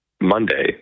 Monday